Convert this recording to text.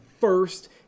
first